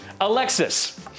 Alexis